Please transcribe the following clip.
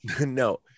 no